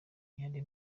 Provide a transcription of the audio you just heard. yandi